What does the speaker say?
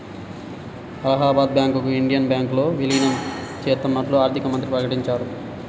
అలహాబాద్ బ్యాంకును ఇండియన్ బ్యాంకులో విలీనం చేత్తన్నట్లు ఆర్థికమంత్రి ప్రకటించారు